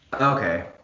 Okay